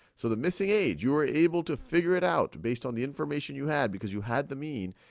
so the missing age, you were able to figure it out based on the information you had, because you had the mean,